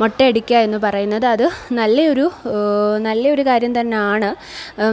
മൊട്ടയടിക്കുകയെന്ന് പറയുന്നത് അത് നല്ലയൊരു നല്ലയൊരു കാര്യംതന്നെയാണ്